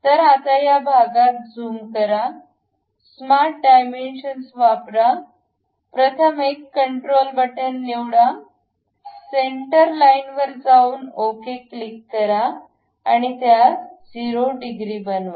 तर आता या भागात झूम करा स्मार्ट डायमेन्शन वापरा प्रथम एक कंट्रोल बटण निवडा सेंटर लाईन वर जाऊन ओके क्लिक करा नंतर त्यास 0 डिग्री बनवा